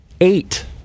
eight